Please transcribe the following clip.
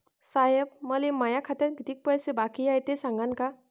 साहेब, मले माया खात्यात कितीक पैसे बाकी हाय, ते सांगान का?